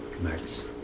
Max